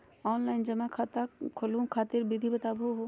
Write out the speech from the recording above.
Online जमा खाता खोलहु खातिर विधि बताहु हो?